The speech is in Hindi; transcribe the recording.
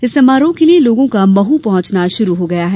इस समारोह के लिए लोगों का महू पहुँचना शुरू हो गया है